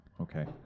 Okay